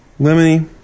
Lemony